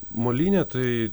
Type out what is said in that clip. molynė tai